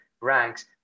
ranks